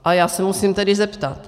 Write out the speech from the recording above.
A já se musím tedy zeptat.